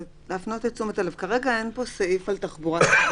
אני רוצה להפנות את תשומת הלב שכרגע אין פה סעיף על תחבורה ציבורית,